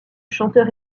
chanteur